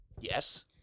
Yes